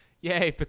Yay